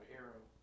arrow